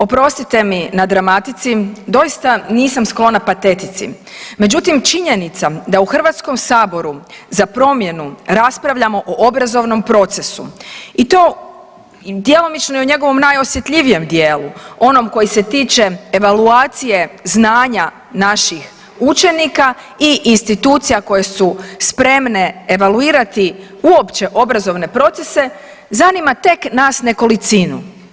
Oprostite mi na dramatici, doista nisam sklona patetici, međutim, činjenica da u HS-u za promjenu raspravljamo o obrazovnom procesu i to djelomično u njegovom najosjetljivijem dijelu, onom koji se tiče evaluacije znanja naših učenika i institucija koje su spremne evaluirati uopće obrazovne procese, zanima tek nas nekolicinu.